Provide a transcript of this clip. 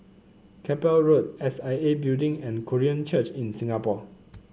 Keppel Road S I A Building and Korean Church in Singapore